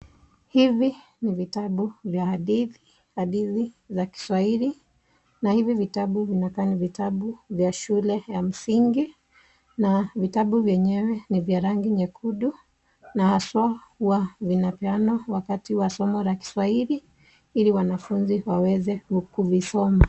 Hivi ni vitabu vya hadithi. Hadithi za Kiswahili na hivi vitabu vinakaa ni vitabu vya shule ya msingi na vitabu vyenyewe ni vya rangi nyekundu na haswa huwa vinapeanwa wakati wa somo la Kiswahili ili wanafunzi waweze kuvisoma.